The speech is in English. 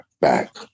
back